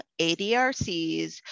ADRCs